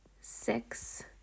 Six